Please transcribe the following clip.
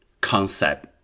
concept